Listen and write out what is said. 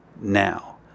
now